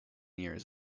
years